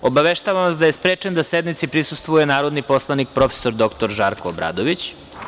Obaveštavam vas da je sprečen da sednici prisustvuje narodni poslanik prof. dr Žarko Obradović.